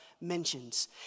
mentions